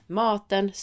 maten